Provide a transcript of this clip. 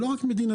זה לא רק מדינתי.